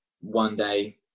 one-day